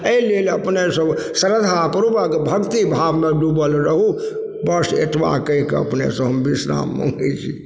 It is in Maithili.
अइ लेल अपने सब श्रद्धा पूर्वक भक्ति भावमे डूबल रहु बस अतबा कहिके अपनेसँ हम विश्राम मङ्गय छी